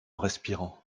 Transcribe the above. respirant